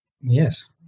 Yes